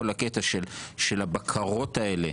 כול הקטע של הבקרות האלה,